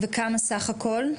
וכמה סך הכול?